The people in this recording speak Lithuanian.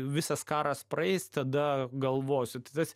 visas karas praeis tada galvosiu tai tas